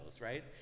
right